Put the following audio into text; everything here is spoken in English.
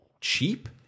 cheap